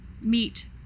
meet